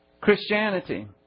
Christianity